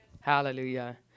hallelujah